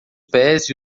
pés